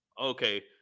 Okay